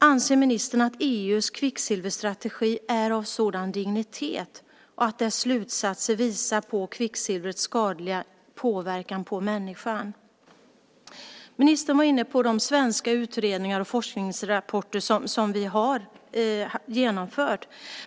Anser ministern att EU:s kvicksilverstrategi är av sådan dignitet att dess slutsatser visar på kvicksilvrets skadliga påverkan på människan? Ministern var inne på de svenska utredningar och forskningsrapporter som vi har genomfört.